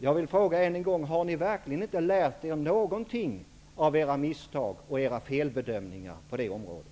Jag vill än en gång fråga: Har ni verkligen inte lärt er någonting av era misstag och felbedömningar på det området?